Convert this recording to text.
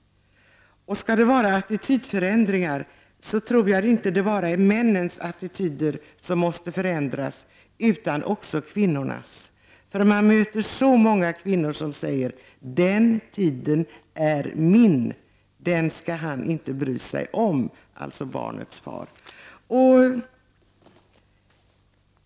Jag tror inte bara att det är männens attityder som måste förändras utan också kvinnornas. Man möter så många kvinnor som säger: Den tiden är min, den skall inte han bry sig om. Det är alltså barnets far som avses.